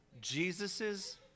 Jesus's